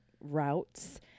routes